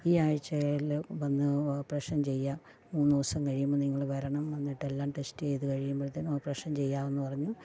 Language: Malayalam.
ഈ ആഴ്ച്ചയിൽ വന്ന് ഓപ്പറേഷൻ ചെയ്യാം മൂന്ന് ദിവസം കഴിയുമ്പോൾ നിങ്ങൾ വരണം വന്നിട്ടെല്ലാം ടെസ്റ്റ് ചെയ്ത് കഴിയുമ്പോഴത്തേനും ഓപ്പറേഷൻ ചെയ്യാമെന്ന് പറഞ്ഞു